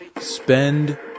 spend